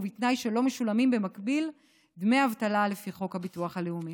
ובתנאי שלא משולמים במקביל דמי אבטלה לפי חוק הביטוח הלאומי.